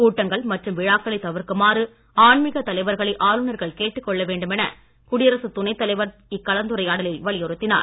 கூட்டங்கள் மற்றும் விழாக்களை தவிர்க்குமாறு ஆன்மிக தலைவர்களை ஆளுநர்கள் கேட்டுக் வேண்டுமென கொள்ள குடியரசு துணைத் தலைவர் இக்கலந்துரையாடலில் வலியுறுத்தினார்